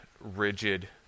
rigid